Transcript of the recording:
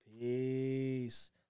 Peace